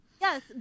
Yes